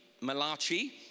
Malachi